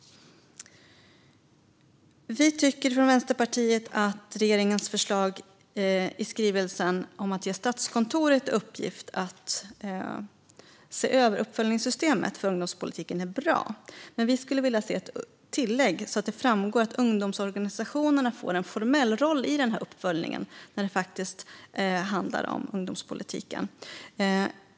Vänsterpartiet tycker att regeringens förslag i skrivelsen om att ge Statskontoret i uppgift att se över uppföljningssystemet för ungdomspolitiken är bra. Men vi skulle vilja se ett tillägg så att det framgår att ungdomsorganisationerna får en formell roll i uppföljningen när det handlar om ungdomspolitiken.